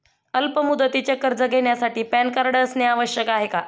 अल्प मुदतीचे कर्ज घेण्यासाठी पॅन कार्ड असणे आवश्यक आहे का?